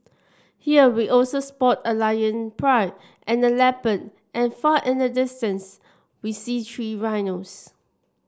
here we also spot a lion pride and a leopard and far in the distance we see three rhinos